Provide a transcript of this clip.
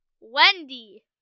Wendy